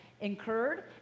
incurred